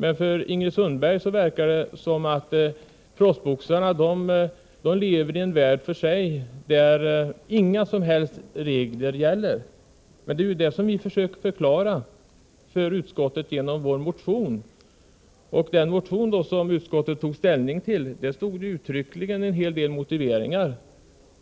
Men för Ingrid Sundberg verkar det som om proffsboxare lever i en värld för sig där inga som helst regler gäller. Vi har i vår motion försökt förklara att det inte är så. I motionen motiveras detta utförligt. Bl. a.